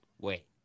Wait